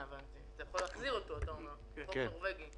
ואם כן אז להכניס סעיפים שכן יהפכו אותה לתחרות הוגנת.